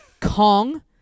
Kong